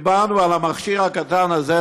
דיברנו על המכשיר הקטן הזה,